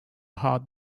hard